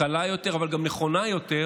קלה יותר אבל גם נכונה יותר,